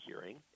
hearing